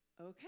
Okay